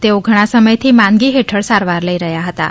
તેઓ ઘણાં સમયથી માંદગી હેઠળ સારવાર લઇ રહ્યા હતાં